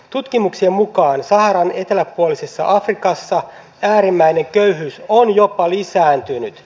tutkimuksien mukaan saharan eteläpuolisessa afrikassa äärimmäinen köyhyys on jopa lisääntynyt